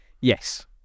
yes